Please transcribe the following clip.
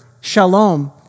shalom